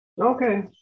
Okay